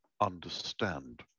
understand